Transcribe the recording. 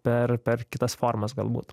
per per kitas formas galbūt